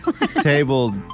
Table